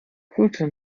gute